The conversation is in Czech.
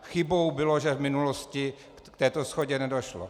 Chybou bylo, že v minulosti k této shodě nedošlo.